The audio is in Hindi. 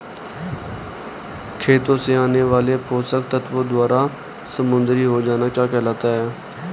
खेतों से आने वाले पोषक तत्वों द्वारा समृद्धि हो जाना क्या कहलाता है?